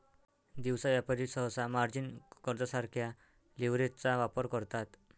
दिवसा व्यापारी सहसा मार्जिन कर्जासारख्या लीव्हरेजचा वापर करतात